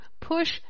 push